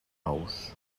ous